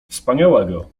wspaniałego